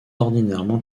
ordinairement